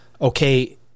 okay